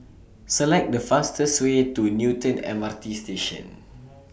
Select The fastest Way to Newton M R T Station